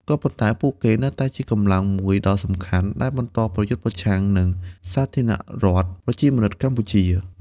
ក៏ប៉ុន្តែពួកគេនៅតែជាកម្លាំងមួយដ៏សំខាន់ដែលបន្តប្រយុទ្ធប្រឆាំងនឹង សាធារណរដ្ឋប្រជាមានិតកម្ពុជា។